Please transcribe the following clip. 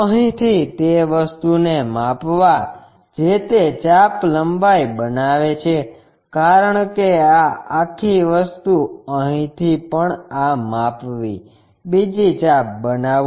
અહીંથી તે વસ્તુને માપવા જે તે ચાપ લંબાઈ બનાવે છે કારણ કે આ આખી વસ્તુ અહીંથી પણ આ માપવી બીજી ચાપ બનાવો